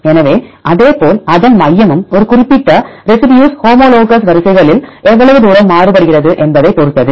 எனவே அதேபோல் அதன் மையமும் ஒரு குறிப்பிட்ட ரெசிடியூஸ்ஹோமோலோகஸ் வரிசைகளில் எவ்வளவு தூரம் மாற்றப்படுகிறது என்பதைப் பொறுத்தது